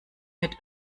mit